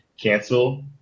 cancel